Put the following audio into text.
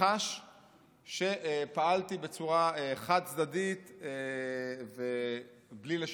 שחש שפעלתי בצורה חד-צדדית, בלי לשתף.